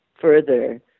further